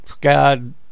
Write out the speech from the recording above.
god